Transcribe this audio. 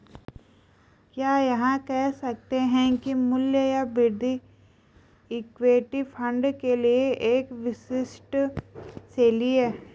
क्या यह कह सकते हैं कि मूल्य या वृद्धि इक्विटी फंड के लिए एक विशिष्ट शैली है?